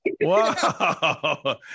Wow